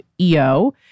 EO